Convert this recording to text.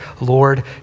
Lord